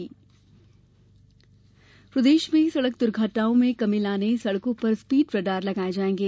सड़क सुरक्षा प्रदेश में सड़क दुर्घटनाओं में कमी लाने सड़कों पर स्पीड रडार लगाये जायेंगे